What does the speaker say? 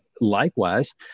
Likewise